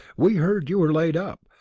we heard you were laid up.